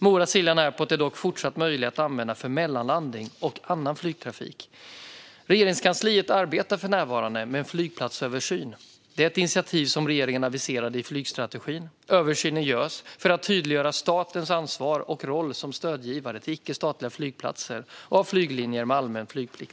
Mora-Siljan Airport är dock fortsatt möjlig att använda för mellanlandning och annan flygtrafik. Regeringskansliet arbetar för närvarande med en flygplatsöversyn. Det är ett initiativ som regeringen aviserade i flygstrategin. Översynen görs för att tydliggöra statens ansvar och roll som stödgivare till icke-statliga flygplatser och när det gäller flyglinjer med allmän trafikplikt.